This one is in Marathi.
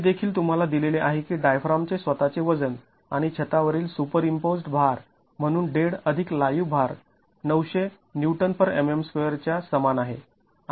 हे देखील तुम्हाला दिलेले आहे की डायफ्रामचे स्वतःचे वजन आणि छतावरील सुपरइम्पोज्ड् भार म्हणून डेड अधिक लाईव्ह भार ९०० Nmm2 च्या समान आहे